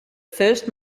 first